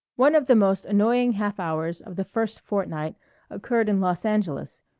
one of the most annoying half hours of the first fortnight occurred in los angeles,